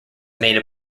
made